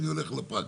אני הולך לפרקטיקה.